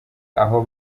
aho